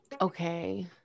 Okay